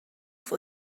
for